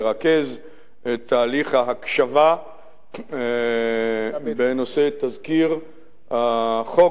לרכז את תהליך ההקשבה בנושא תזכיר החוק